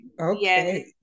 okay